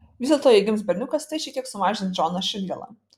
vis dėlto jei gims berniukas tai šiek tiek sumažins džono širdgėlą